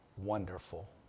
wonderful